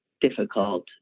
difficult